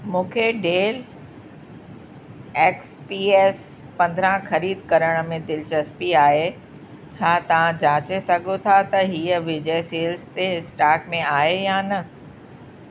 मूंखे Dell X P S पंद्रहं ख़रीद करण में दिलचस्पी आहे छा तव्हां जाचे सघो था त हीअ विजय सेल्स ते स्टाक में आहे या न